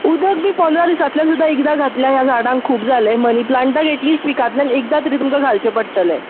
उदक बी पंदरा दिसांतल्यान सुद्दां एकदां घातल्यार ह्या झाडांक खूब जालें मनिप्लान्टाक एटलीस्ट विकांतल्यान एकदां तरी तुमकां घालचें पडटलें